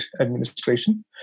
administration